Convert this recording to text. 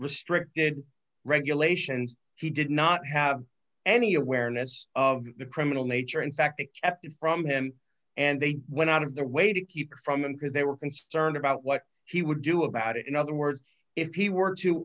restricted regulations he did not have any awareness of the criminal nature in fact it kept it from him and they went out of their way to keep it from him because they were concerned about what he would do about it in other words if he were to